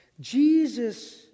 Jesus